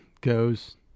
goes